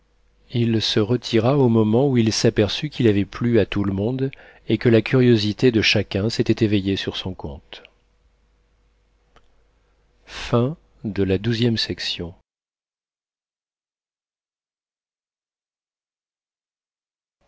il se retira au moment où il s'aperçut qu'il avait plu à tout le monde et que la curiosité de chacun s'était éveillée sur son compte